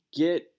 get